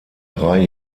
drei